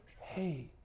Hey